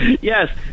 Yes